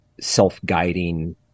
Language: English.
self-guiding